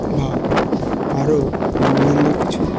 বা আরো অন্যান্য কিছু